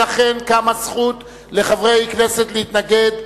ולכן קמה זכות לחברי כנסת להתנגד.